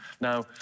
Now